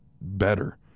better